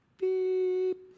Beep